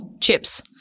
chips